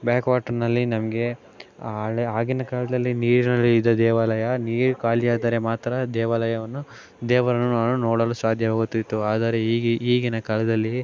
ಬ್ಯಾಕ್ವಾಟರಿನಲ್ಲಿ ನಮಗೆ ಹಳೆ ಆಗಿನ ಕಾಲದಲ್ಲಿ ನೀರಿನಲ್ಲಿ ಇದ್ದ ದೇವಾಲಯ ನೀರು ಖಾಲಿಯಾದರೆ ಮಾತ್ರ ದೇವಾಲಯವನ್ನು ದೇವರನ್ನು ನೋಡಲು ಸಾಧ್ಯವಾಗುತ್ತಿತ್ತು ಆದರೆ ಈಗಿನ ಕಾಲದಲ್ಲಿ